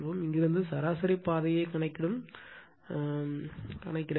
இங்கிருந்து சராசரி பாதையை கணக்கிடும் என்று வைத்துக்கொள்வோம்